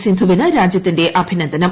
സിന്ധുവിന് രാജ്യത്തിന്റെ അഭിനന്ദനം